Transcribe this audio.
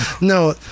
No